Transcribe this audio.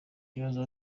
ibibazo